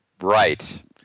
Right